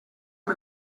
amb